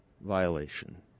violation